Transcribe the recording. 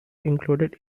included